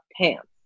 pants